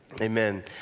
Amen